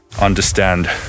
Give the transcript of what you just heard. understand